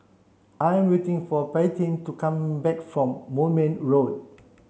I'm waiting for Paityn to come back from Moulmein Road